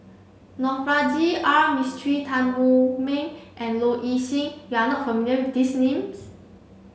Navroji R Mistri Tan Wu Meng and Low Ing Sing you are not familiar with these names